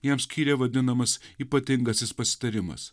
jam skyrė vadinamas ypatingasis pasitarimas